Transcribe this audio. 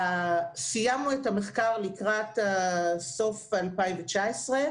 בין החינוך לתעסוקה חייב להיות